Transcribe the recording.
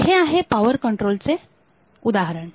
तर हे आहे पॉवर कंट्रोल चे उदाहरण